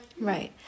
Right